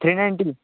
three ninety